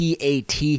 PAT